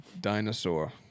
dinosaur